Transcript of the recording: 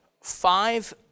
five